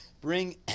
bring